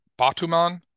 batuman